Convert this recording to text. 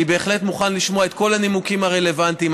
אני בהחלט מוכן לשמוע את כל הנימוקים הרלוונטיים.